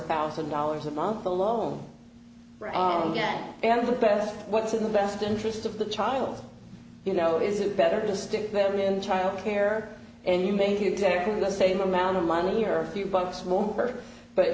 thousand dollars a month alone again and the best what's in the best interest of the child you know is it better to stick them in child care and you make exactly the same amount of money or a few bucks